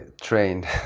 trained